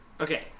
Okay